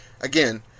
again